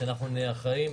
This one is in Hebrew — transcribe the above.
ושאנחנו נהיה אחראים.